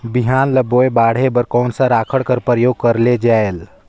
बिहान ल बोये बाढे बर कोन सा राखड कर प्रयोग करले जायेल?